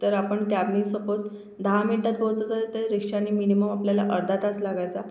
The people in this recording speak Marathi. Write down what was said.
तर आपण कॅबने सपोज दहा मिनटात पोचंचं तर रिक्षाने मिनिमम आपल्याला अर्धा तास लागायचा